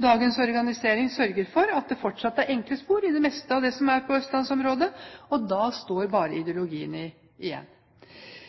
Dagens organisering sørger for at det fortsatt er enkle spor på det meste av østlandsområdet, og da står bare ideologien igjen.